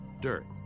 Dirt